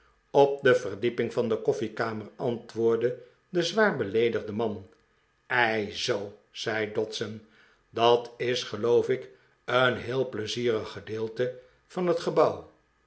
op de verdieping van de koffiekamer antwoordde de zwaar beleedigde man ei zoo zei dodson dat is geloof ik een heel pleizierig gedeelte van het gebouw